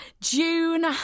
June